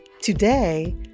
Today